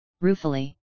ruefully